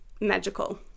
magical